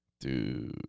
Dude